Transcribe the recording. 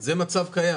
זה מצב קיים.